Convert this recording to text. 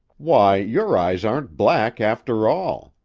why, your eyes aren't black, after all!